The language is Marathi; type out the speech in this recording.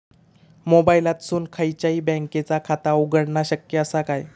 मोबाईलातसून खयच्याई बँकेचा खाता उघडणा शक्य असा काय?